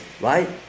right